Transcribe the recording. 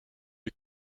die